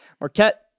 Marquette